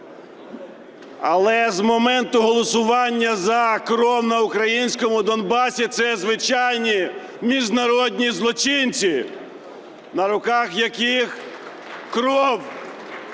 Але з моменту голосування за кров на українському Донбасі – це звичайні міжнародні злочинці, на руках яких кров,